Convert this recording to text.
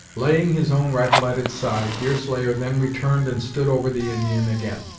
laying his own rifle at its side, deerslayer then returned and stood over the indian again.